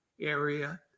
area